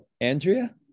Andrea